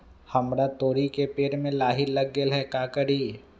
हमरा तोरी के पेड़ में लाही लग गेल है का करी?